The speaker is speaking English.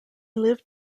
lived